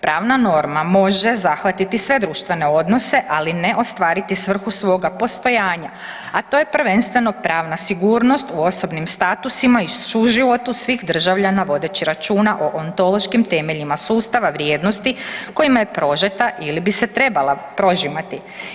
Pravna norma može zahvatiti sve društvene odnose, ali ne ostvariti svrhu svoga postojanja, a to je prvenstveno pravna sigurnost u osobnim statusima i suživotu svih državljana vodeći računa o ontološkim temeljima sustava vrijednosti kojima je prožete ili bi se trebala prožimati.